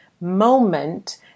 moment